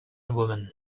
woman